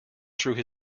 through